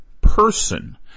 person